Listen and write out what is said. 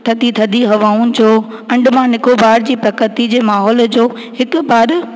थधी थधी हवाउन जो अंडमान निकोबार जी प्रकति जे माहोल जो हिकु बार